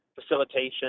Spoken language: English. facilitation